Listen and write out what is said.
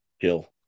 kill